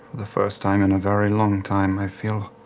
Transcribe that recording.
the first time in a very long time, i feel